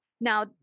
Now